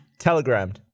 Telegrammed